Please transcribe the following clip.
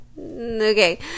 Okay